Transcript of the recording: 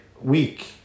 Week